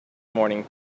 morning